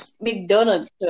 McDonald's